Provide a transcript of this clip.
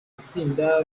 atsinda